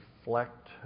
reflect